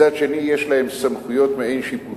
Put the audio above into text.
מצד שני יש להם סמכויות מעין-שיפוטיות,